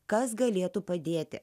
kas galėtų padėti